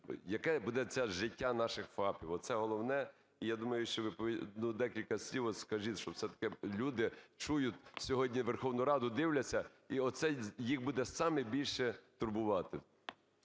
яке буде це життя наших ФАПів? Оце головне. І я думаю, що ви… ну, декілька слів от скажіть, все-таки люди чують сьогодні Верховну Раду, дивляться і от це їх буде саме більше турбувати.